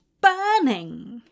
burning